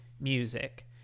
music